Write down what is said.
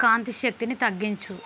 కాంతి శక్తిని తగ్గించు